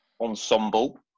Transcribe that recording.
ensemble